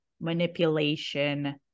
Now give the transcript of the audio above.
manipulation